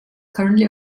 currently